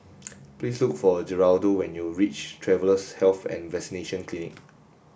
please look for Geraldo when you reach Travellers' Health and Vaccination Clinic